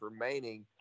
remaining